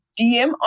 DM